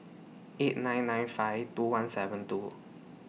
eight nine nine five two one seven two